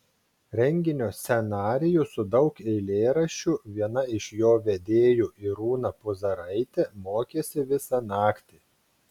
renginio scenarijų su daug eilėraščių viena iš jo vedėjų irūna puzaraitė mokėsi visą naktį